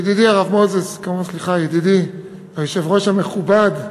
ידידי היושב-ראש המכובד,